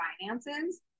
finances